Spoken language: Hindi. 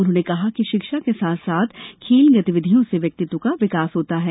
उन्होंने कहा कि शिक्षा के साथ साथ खेल गतिविधियों से व्यक्ति्व का विकास होता है